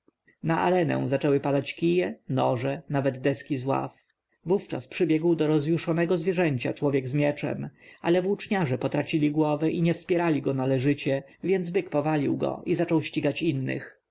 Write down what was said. na arenę zaczęły padać kije noże nawet deski z ław wówczas przybiegł do rozjuszonego zwierzęcia człowiek z mieczem ale włóczniarze potracili głowy i nie wspierali go należycie więc byk powalił go i zaczął ścigać innych